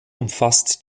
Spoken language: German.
umfasst